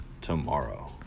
tomorrow